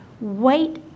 wait